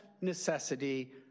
necessity